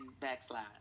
backslide